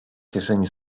kieszeni